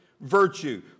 virtue